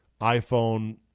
iPhone